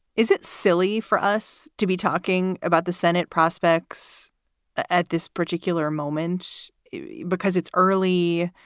is it silly for us to be talking about the senate prospects ah at this particular moment because it's early,